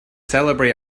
celebrate